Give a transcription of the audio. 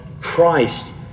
Christ